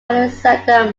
alexander